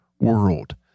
world